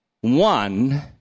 one